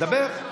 דבר.